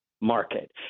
market